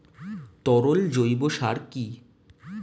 তরল জৈব সার কি?